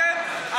מצאתם,